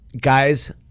guys